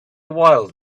while